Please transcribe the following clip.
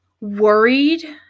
worried